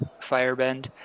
firebend